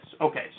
Okay